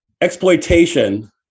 Exploitation